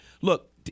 look